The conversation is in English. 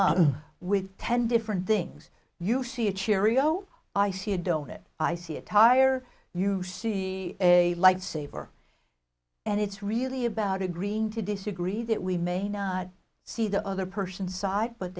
up with ten different things you see a cheerio i see you don't it i see a tire you see a lifesaver and it's really about agreeing to disagree that we may not see the other person's side but